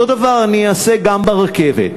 אותו דבר אני אעשה גם ברכבת.